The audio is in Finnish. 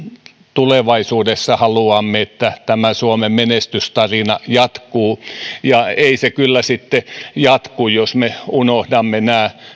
tulevaisuudessa haluamme että tämä suomen menestystarina jatkuu ei se kyllä sitten jatku jos me unohdamme nämä